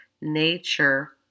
nature